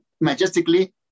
majestically